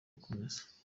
gukomeza